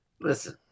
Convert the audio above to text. listen